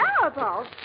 terrible